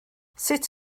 sut